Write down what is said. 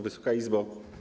Wysoka Izbo!